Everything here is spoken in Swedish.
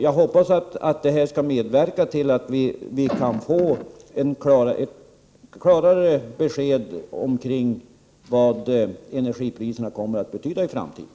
Jag hoppas således att det här skall medverka till att vi får ett klarare besked om energiprisernas betydelse i framtiden.